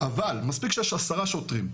אבל מספיק שיש עשרה שוטרים,